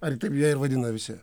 ar taip ją ir vadina visi